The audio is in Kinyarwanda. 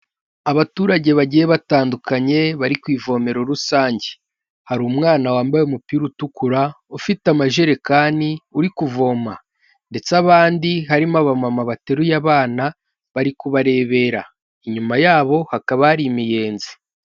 Abaturage bagiye batandukanye bari ku ivomero rusange, hari umwana wambaye umupira utukura, ufite amajerekani uri kuvoma ndetse abandi harimo abama bateruye abana bari kubarebera inyuma yabo hakaba hari imiyenzi.